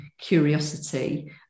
curiosity